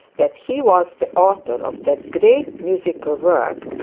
that he was the author of that great musical work,